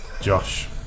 Josh